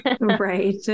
right